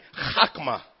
Chakma